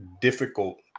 difficult